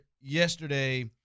yesterday